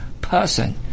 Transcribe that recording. person